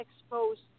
exposed